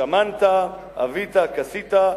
שמנת עבית כשית,